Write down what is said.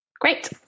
Great